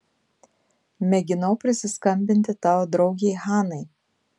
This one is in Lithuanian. mėginau prisiskambinti tavo draugei hanai